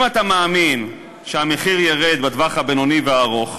אם אתה מאמין שהמחיר ירד בטווח הבינוני והארוך,